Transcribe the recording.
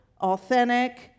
authentic